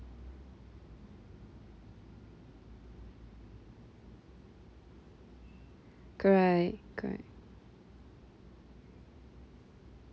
correct correct